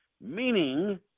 meaning